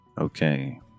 Okay